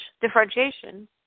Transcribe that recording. differentiation